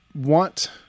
want